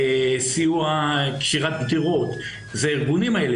בסיוע קשירת גדרות זה הארגונים האלה.